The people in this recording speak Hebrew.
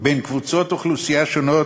בין קבוצות אוכלוסייה שונות,